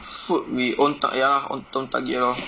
food we own tim~ ya lah own own target lor